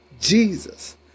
Jesus